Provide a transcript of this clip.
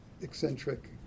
eccentric